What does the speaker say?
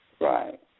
Right